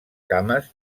cames